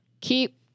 Keep